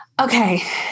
Okay